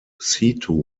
situ